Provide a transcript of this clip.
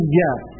yes